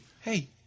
hey